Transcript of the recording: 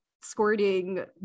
squirting